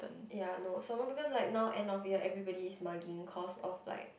ya know someone because like now end of year everybody is marking course of like